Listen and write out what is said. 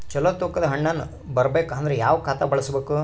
ಚಲೋ ತೂಕ ದ ಹಣ್ಣನ್ನು ಬರಬೇಕು ಅಂದರ ಯಾವ ಖಾತಾ ಬಳಸಬೇಕು?